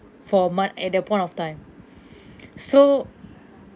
for a month at that point of time so